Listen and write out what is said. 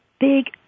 big